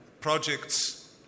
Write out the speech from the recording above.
Projects